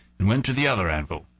and went to the other anvil.